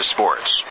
Sports